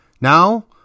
Now